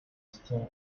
steam